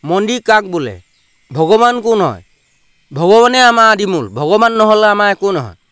মন্দিৰ কাক বোলে ভগৱান কোন হয় ভগৱানে আমাৰ আদিমূল ভগৱান নহ'লে আমাৰ একো নহয়